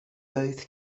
both